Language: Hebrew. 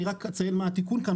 אני רק אציין מה התיקון כאן,